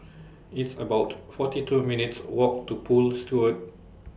It's about forty two minutes' Walk to Poole Road